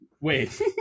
wait